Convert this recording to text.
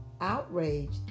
Outraged